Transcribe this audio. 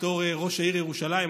בתור ראש עיריית ירושלים,